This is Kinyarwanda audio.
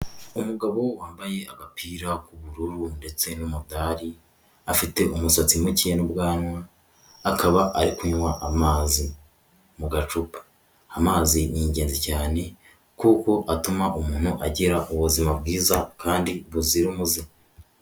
Umugabo wambaye agapira k'ubururu ndetse n'umudari, afite umusatsi muke n'ubwanwa, akaba ari kunywa amazi mu gacupa. Amazi ni ingenzi cyane kuko atuma umuntu agira ubuzima bwiza kandi buzira umuze.